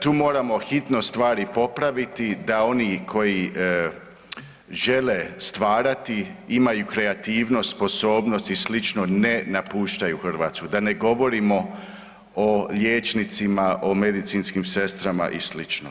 Tu moramo hitno stvari popraviti da oni koji žele stvarati imaju kreativnost, sposobnost i slično ne napuštaju Hrvatsku, da ne govorimo o liječnicima, o medicinskim sestrama i slično.